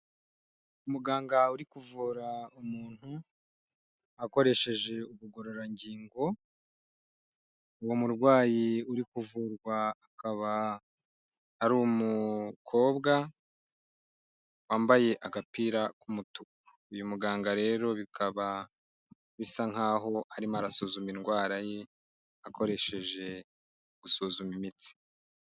Muganga uri kuvura umuntu, akoresheje ubugororangingo, uwo murwayi uri kuvurwa, akaba ari umukobwa, wambaye agapira k'umutuku. Uyu muganga rero bikaba bisa nk'aho arimo arasuzuma indwara ye akoresheje gusuzuma imitsi.